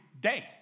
day